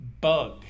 bug